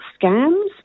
scams